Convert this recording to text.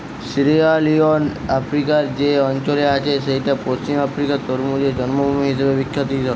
Sierra Leone আফ্রিকার যে অঞ্চলে আছে সেইটা পশ্চিম আফ্রিকার তরমুজের জন্মভূমি হিসাবে বিখ্যাত